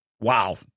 Wow